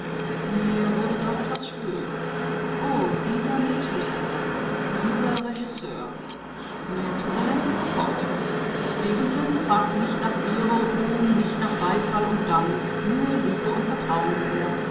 mir wurde doch etwas schwül oh dieser methusalem dieser regisseur methusalem fuhr fort stefenson fragt nicht nach ehre und ruhm nicht nach beifall und dank nur liebe und vertrauen will er